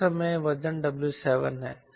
उस समय वजन W7 है